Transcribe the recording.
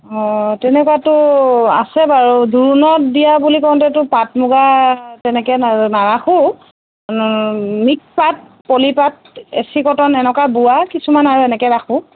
অ তেনেকুৱাটো আছে বাৰু জোৰোণত দিয়া বুলি কওঁতেতো পাট মুগা তেনেকৈ নাৰাখোঁ মিক্স পাট পলি পাট এ চি কটন এনেকুৱা বোৱা কিছুমান আৰু এনেকৈ ৰাখোঁ